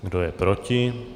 Kdo je proti?